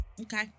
okay